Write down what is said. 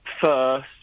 first